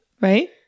Right